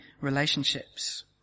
relationships